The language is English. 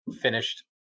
finished